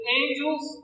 angels